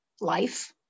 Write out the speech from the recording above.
life